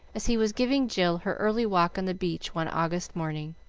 as he was giving jill her early walk on the beach one august morning.